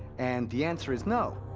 and the answer is no.